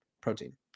Protein